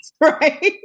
right